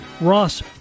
Ross